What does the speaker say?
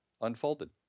unfolded